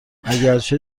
اگرچه